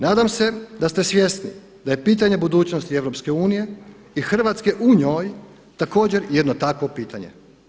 Nadam se da ste svjesni da je pitanje budućnosti EU i Hrvatske u njoj također jedno takvo pitanje.